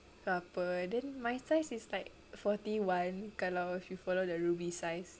ke apa then my size is like forty one kalau if you follow the rubi size